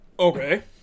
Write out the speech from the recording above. Okay